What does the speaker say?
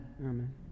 Amen